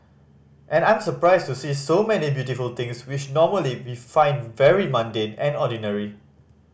and I'm surprised to see so many beautiful things which normally we find very mundane and ordinary